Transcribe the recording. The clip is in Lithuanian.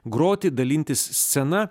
groti dalintis scena